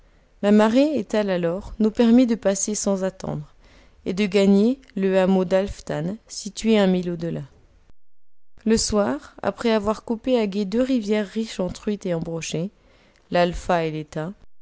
la marée étale alors nous permit de passer sans attendre et de gagner le hameau d'alftanes situé un mille au delà le soir après avoir coupé à gué deux rivières riches en truites et en brochets l'alfa et l'heta